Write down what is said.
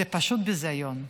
זה פשוט ביזיון.